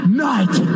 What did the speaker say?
night